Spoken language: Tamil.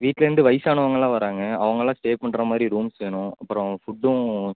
வீட்டிலேருந்து வயதானவங்களாம் வராங்க அவங்களாம் ஸ்டே பண்ணுற மாதிரி ரூம்ஸ் வேணும் அப்புறம் ஃபுட்டும்